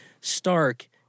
stark